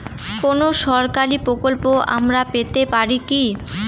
কোন সরকারি প্রকল্প আমরা পেতে পারি কি?